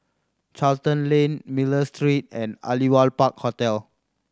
Charlton Lane Miller Street and Aliwal Park Hotel